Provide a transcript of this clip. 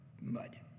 mud